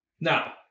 Now